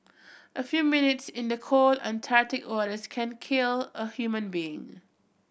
a few minutes in the cold Antarctic waters can kill a human being